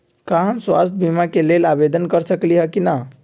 का हम स्वास्थ्य बीमा के लेल आवेदन कर सकली ह की न?